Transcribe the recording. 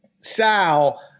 Sal